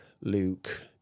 Luke